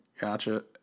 Gotcha